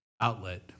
outlet